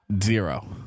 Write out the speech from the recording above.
Zero